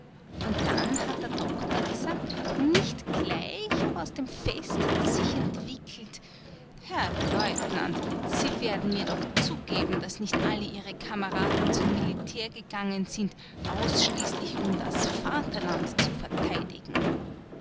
und dann hat der doktor gesagt nicht gleich aber aus dem fest hat es sich entwickelt herr leutnant sie werden mir doch zugeben daß nicht alle ihre kameraden zum militär gegangen sind ausschließlich um das vaterland zu verteidigen